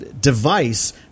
device –